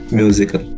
musical